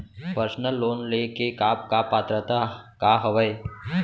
Personal loan ले के का का पात्रता का हवय?